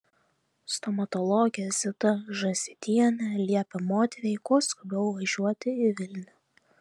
stomatologė zita žąsytienė liepė moteriai kuo skubiau važiuoti į vilnių